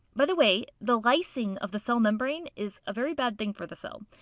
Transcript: by the way, the lysing of the cell membrane is a very bad thing for the cell.